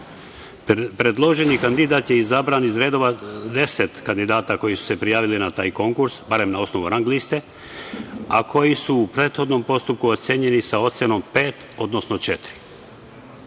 kandidat je izabran iz redova deset kandidata koji su se prijavili na taj konkurs, barem na osnovu rang-liste, a koji su u prethodnom postupku ocenjeni sa ocenom „pet“, odnosno „četiri“.